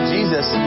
Jesus